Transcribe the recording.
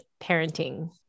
parenting